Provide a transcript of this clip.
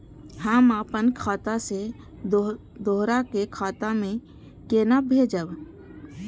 हम आपन खाता से दोहरा के खाता में केना भेजब?